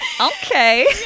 okay